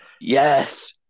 Yes